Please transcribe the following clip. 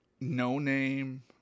no-name